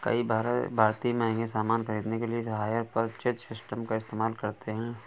कई भारतीय महंगे सामान खरीदने के लिए हायर परचेज सिस्टम का इस्तेमाल करते हैं